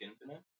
Infinite